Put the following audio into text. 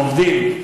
עובדים.